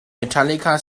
metallica